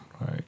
right